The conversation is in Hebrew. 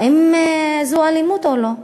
האם זו אלימות או לא?